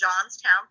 Johnstown